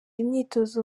imyitozo